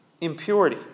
impurity